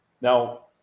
Now